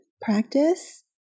practice